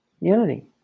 Unity